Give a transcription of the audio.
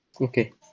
Okay